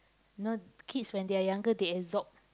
you know kids when they are younger they absorb